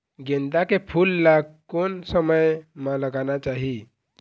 गेंदा के फूल ला कोन समय मा लगाना चाही?